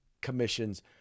Commission's